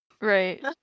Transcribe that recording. Right